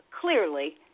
clearly